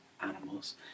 animals